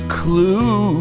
clue